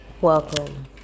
Welcome